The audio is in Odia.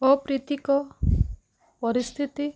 ଅପ୍ରିତୀକ ପରିସ୍ଥିତି